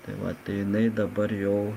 tai vat tai jinai dabar jau